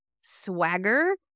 swagger